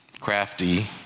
crafty